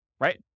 Right